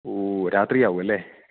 ഓ രാത്രിയാവുമല്ലേ